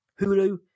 Hulu